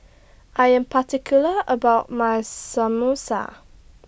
I Am particular about My Samosa